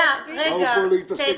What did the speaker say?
באו פה להתעסק בעניינים.